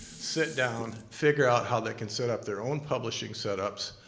sit down, figure out how they can set up their own publishing set-ups,